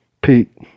Pete